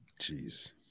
Jeez